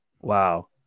Wow